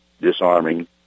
disarming